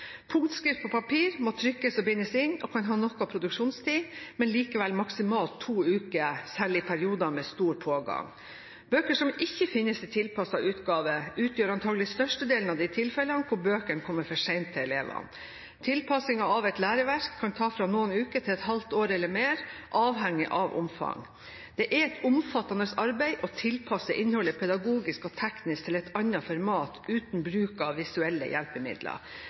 Punktskrift på papir må trykkes og bindes inn og kan ha noe produksjonstid, men likevel maksimalt to uker, selv i perioder med stor pågang. Bøker som ikke finnes i tilpasset utgave, utgjør antagelig størstedelen av de tilfellene hvor bøkene kommer for sent til elevene. Tilpassingen av et læreverk kan ta fra noen uker til et halvt år eller mer, avhengig av omfang. Det er et omfattende arbeid å tilpasse innholdet pedagogisk og teknisk til et annet format, uten bruk av visuelle hjelpemidler.